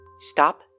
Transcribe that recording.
Stop